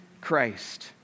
Christ